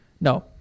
No